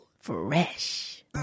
Fresh